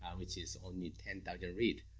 which is only ten thousand read.